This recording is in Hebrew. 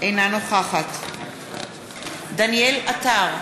אינה נוכחת דניאל עטר,